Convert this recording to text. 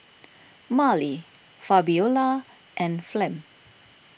Marley Fabiola and Flem